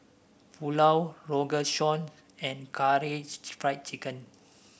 Pulao Rogan Josh and Karaage Fried Chicken